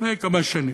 לפני כמה שנים,